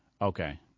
Okay